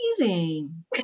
amazing